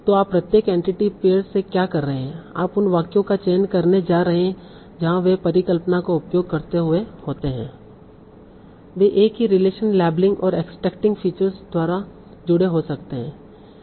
तो आप प्रत्येक एंटिटी पेअर के क्या कर रहे हैं आप उन वाक्यों का चयन करने जा रहे हैं जहां वे परिकल्पना का उपयोग करते हुए होते हैं वे एक ही रिलेशन लेबलिंग और एक्सट्रक्टिंग फीचर्स द्वारा जुड़े हो सकते हैं